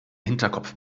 hinterkopf